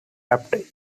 wrapped